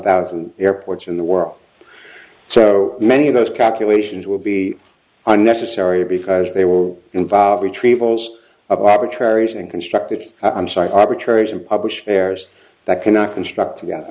thousand airports in the world so many of those calculations will be unnecessary because they will involve retrievals of arbitrary and constructed i'm sorry arbitrary and publish pairs that cannot construct together